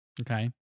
Okay